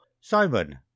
Simon